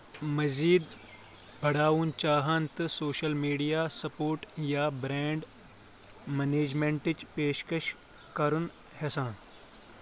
مٔزیٖد بڑاوُن چاہان تہٕ سوشل میڈیا سپوٹ یا برینڈ مینجمنٹٕچ پیشکش کرُن یژھان؟